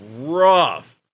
rough